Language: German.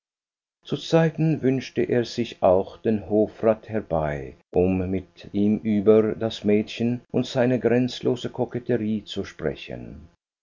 zu zeiten wünschte er sich auch den hofrat herbei um mit ihm über das mädchen und seine grenzenlose koketterie zu sprechen